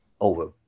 over